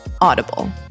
Audible